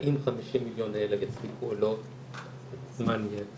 האם ה-50 מיליון האלה יספיקו או לא הזמן יראה,